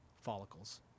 follicles